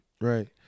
Right